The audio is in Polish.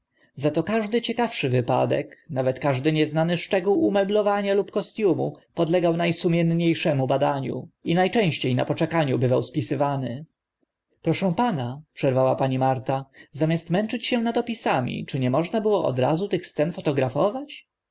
za to każdy ciekawszy wypadek nawet każdy nieznany szczegół umeblowania lub kostiumu podlegał na sumiennie szym badaniom i na częście na poczekaniu bywał spisywany proszę pana przerwała pani marta zamiast męczyć się nad opisami czy nie można było od razu tych scen